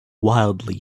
wildly